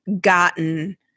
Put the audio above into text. gotten